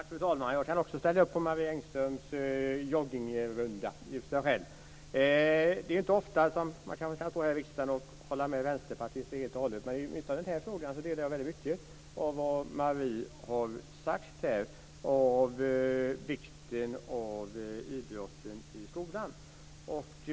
Fru talman! Jag kan också ställa upp på Marie Det är inte ofta jag kan stå här i riksdagen och hålla med vänsterpartister helt och hållet, men i den här frågan delar jag väldigt mycket av det som Marie har sagt om vikten av idrott i skolan.